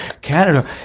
Canada